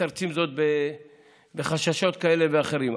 מתרצים זאת בחששות כאלה ואחרים.